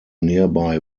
nearby